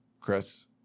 Chris